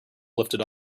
lifted